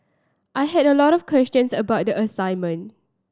I had a lot of questions about the assignment